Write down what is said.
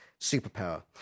superpower